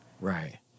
Right